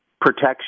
protection